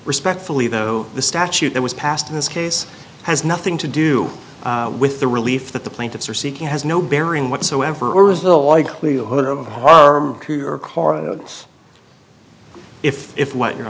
respectfully though the statute that was passed in this case has nothing to do with the relief that the plaintiffs are seeking has no bearing whatsoever or is the likelihood of harm us if if what you're